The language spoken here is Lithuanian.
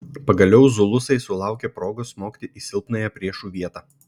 pagaliau zulusai sulaukė progos smogti į silpnąją priešų vietą